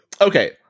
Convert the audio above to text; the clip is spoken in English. Okay